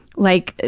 like,